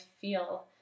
feel